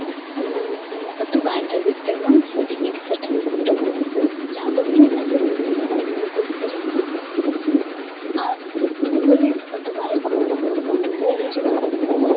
ᱟᱛᱳ ᱵᱟᱦᱮᱨ ᱫᱷᱟᱹᱵᱤᱡ ᱛᱮᱵᱚᱱ ᱤᱫᱤ ᱥᱮᱴᱮᱨ ᱦᱚᱴᱚ ᱠᱟᱭᱟ ᱡᱟᱦᱟᱸ ᱫᱚ ᱮᱱᱮᱡ ᱟᱛᱮᱫ ᱵᱚᱱ ᱤᱫᱤ ᱠᱟᱭᱟ ᱮᱱᱮᱡ ᱟᱛᱮᱫ ᱥᱮᱨᱮᱧ ᱟᱛᱮᱫ ᱟᱨ ᱤᱱᱟᱹ ᱯᱚᱨᱮ ᱟᱛᱳ ᱵᱟᱦᱮᱨ ᱠᱷᱚᱱ ᱟᱵᱚ ᱫᱚᱵᱚᱱ ᱨᱩᱣᱟᱹᱲ ᱦᱤᱡᱩᱜᱼᱟ